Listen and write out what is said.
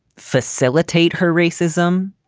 facilitate her racism.